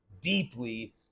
deeply